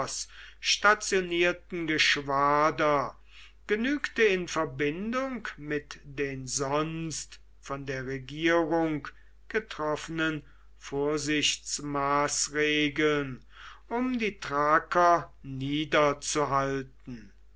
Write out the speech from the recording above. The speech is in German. stationierten geschwader genügte in verbindung mit den sonst von der regierung getroffenen vorsichtsmaßregeln um die thraker